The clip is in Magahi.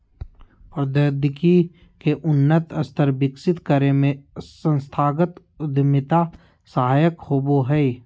प्रौद्योगिकी के उन्नत स्तर विकसित करे में संस्थागत उद्यमिता सहायक होबो हय